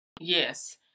Yes